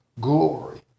glory